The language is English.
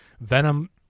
Venom